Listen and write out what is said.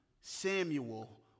Samuel